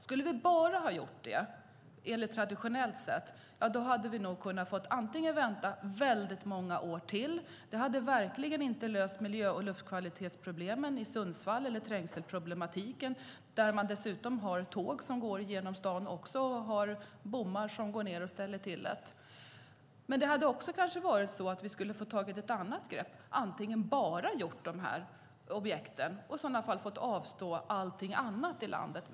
Skulle vi bara ha gjort på traditionellt sätt hade vi kunnat få vänta i väldigt många år till, och det hade verkligen inte löst miljö och luftkvalitetsproblemen i Sundsvall och inte heller trängselproblematiken. Man har ju dessutom tåg som går igenom staden med bommar som går ned och ställer till det. Man hade kanske fått ta ett annat grepp och bara gjort de här objekten och i så fall fått avstå allting annat i landet.